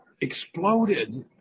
exploded